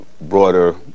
broader